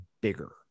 bigger